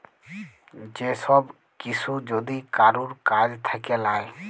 যে সব কিসু যদি কারুর কাজ থাক্যে লায়